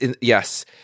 Yes